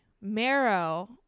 marrow